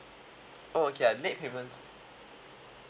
okay ah late payment